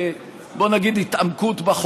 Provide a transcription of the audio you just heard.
התנגדתם.